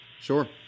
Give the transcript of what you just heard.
sure